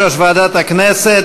יושב-ראש ועדת הכנסת.